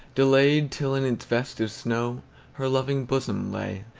delayed till in its vest of snow her loving bosom lay.